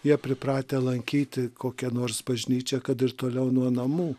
jie pripratę lankyti kokią nors bažnyčią kad ir toliau nuo namų